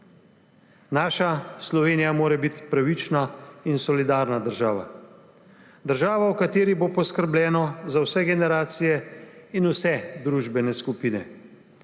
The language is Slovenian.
Naša Slovenija mora biti pravična in solidarna država, država, v kateri bo poskrbljeno za vse generacije in vse družbene skupine,